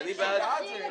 למה שלא נוסיף?